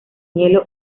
hielo